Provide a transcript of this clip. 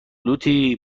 لوتی